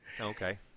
Okay